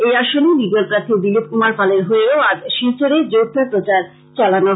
এই আসনে নির্দল প্রার্থী দিলীপ কুমার পালের হয়ে ও আজ শিলচরে জোরদার প্রচার চালানো হয়